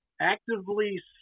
actively